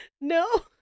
No